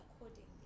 accordingly